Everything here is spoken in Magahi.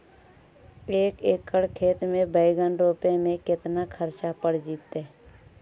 एक एकड़ खेत में बैंगन रोपे में केतना ख़र्चा पड़ जितै?